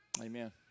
Amen